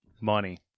Money